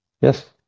Yes